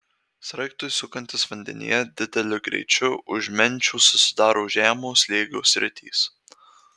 sraigtui sukantis vandenyje dideliu greičiu už menčių susidaro žemo slėgio sritys